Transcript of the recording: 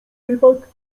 rybak